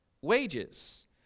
wages